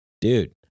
Dude